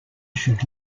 should